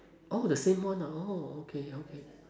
oh the same one ah oh okay okay